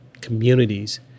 communities